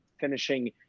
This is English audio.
finishing